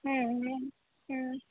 ಹ್ಞೂ ಹ್ಞೂ ಹ್ಞೂ